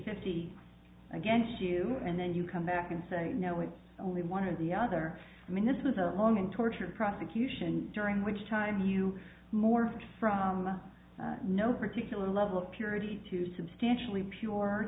fifty against you and then you come back and say no it's only one or the other i mean this is a long and tortured prosecution during which time you morphed from no particular level of purity to substantially pure